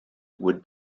would